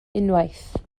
unwaith